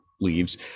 leaves